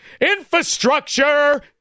Infrastructure